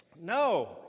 No